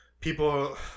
people